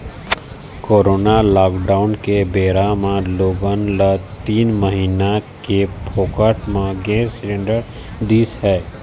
corona lockdown के बेरा म लोगन ल तीन महीना ले फोकट म गैंस सिलेंडर दिस हे